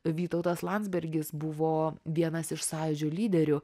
vytautas landsbergis buvo vienas iš sąjūdžio lyderių